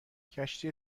کشتی